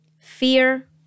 fear